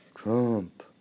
Trump